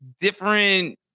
different